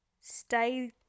stay